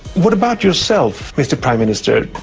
what about yourself, mr prime minister?